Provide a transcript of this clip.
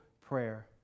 prayer